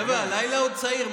חבר'ה, הלילה עוד צעיר.